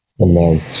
Amen